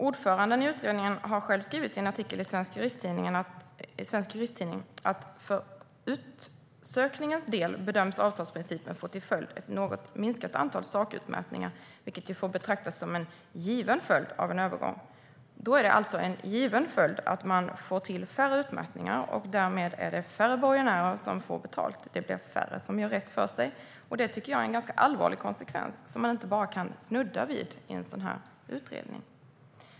Ordföranden i utredningen har själv skrivit i en artikel i Svensk Juristtidning att för utsökningens del bedöms avtalsprincipen få till följd ett något minskat antal sakutmätningar, vilket ju får betraktas som en given följd av en övergång. Det är alltså en given följd att man får till färre utmätningar och att det därmed är färre borgenärer som får betalt. Det blir färre som gör rätt för sig. Det tycker jag är en ganska allvarlig konsekvens, som man inte bara kan snudda vid i en sådan här utredning.